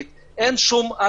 אין שום התייחסות לתוצרת ישראלית,